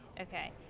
okay